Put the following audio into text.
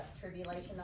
tribulation